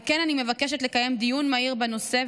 על כן אני מבקשת לקיים דיון מהיר בנושא,